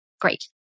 great